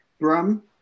Brum